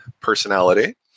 personality